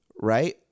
right